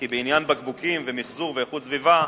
כי בעניין בקבוקים ומיחזור ואיכות סביבה,